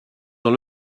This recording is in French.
dans